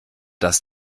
dass